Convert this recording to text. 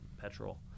petrol